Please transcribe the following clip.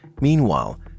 Meanwhile